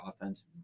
offense